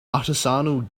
artisanal